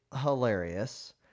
hilarious